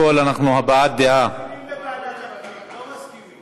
לוועדת החוץ והביטחון.